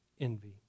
envy